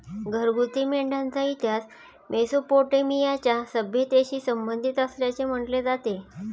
घरगुती मेंढ्यांचा इतिहास मेसोपोटेमियाच्या सभ्यतेशी संबंधित असल्याचे म्हटले जाते